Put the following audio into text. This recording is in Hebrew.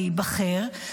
להיבחר,